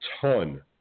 ton